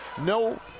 no